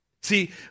See